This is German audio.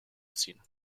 ziehen